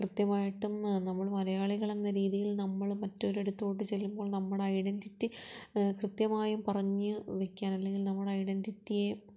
കൃത്യമായിട്ടും നമ്മൾ മലയാളികളെന്ന രീതിയിൽ നമ്മൾ മറ്റൊരിടത്തോട്ട് ചെല്ലുമ്പോൾ നമ്മഡൈഡൻടിറ്റി കൃത്യമായും പറഞ്ഞ് വയ്ക്കാൻ അല്ലെങ്കിൽ നമ്മുടെ ഐഡൻടിറ്റിയെ